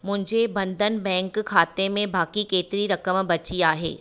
मुंहिंजे बंधन बैंकि खाते में बाक़ी केतिरी रक़म बची आहे